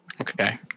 Okay